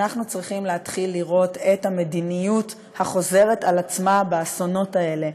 אנחנו צריכים להתחיל לראות את המדיניות החוזרת על עצמה באסונות האלה.